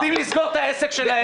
עומדים לסגור את העסק שלהם,